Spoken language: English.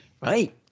Right